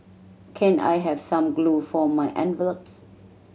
can I have some glue for my envelopes